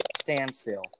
standstill